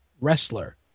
wrestler